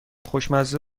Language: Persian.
خوشمزه